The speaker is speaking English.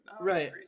Right